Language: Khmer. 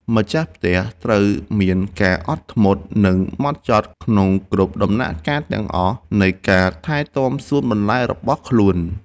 ម្ចាស់ផ្ទះត្រូវមានការអត់ធ្មត់ និងហ្មត់ចត់ក្នុងគ្រប់ដំណាក់កាលទាំងអស់នៃការថែទាំសួនបន្លែរបស់ខ្លួន។